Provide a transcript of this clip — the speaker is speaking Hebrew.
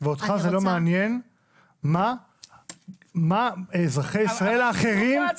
אותך לא מעניין מה אזרחי ישראל האחרים -- לא,